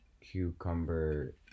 Cucumber